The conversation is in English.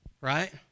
right